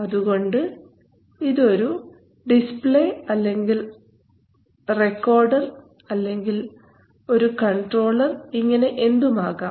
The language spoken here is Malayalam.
അതുകൊണ്ട് ഇത് ഒരു ഡിസ്പ്ലേ അല്ലെങ്കിൽ റെക്കോർഡർ അല്ലെങ്കിൽ ഒരു കൺട്രോളർ ഇങ്ങനെ എന്തും ആകാം